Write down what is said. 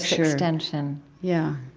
extension yeah.